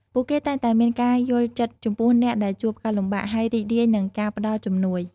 ពួកគេតែងតែមានការយល់ចិត្តចំពោះអ្នកដែលជួបការលំបាក ហើយរីករាយនឹងការផ្តល់ជំនួយ។